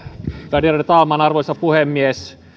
värderade talman arvoisa puhemies